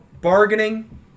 bargaining